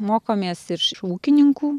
mokomės iš ūkininkų